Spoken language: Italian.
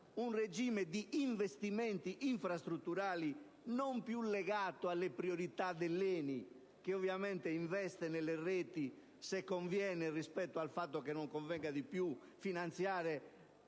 un regime di investimenti infrastrutturali non più legato alle priorità dell'ENI, che ovviamente investe nelle reti se non conviene di più finanziare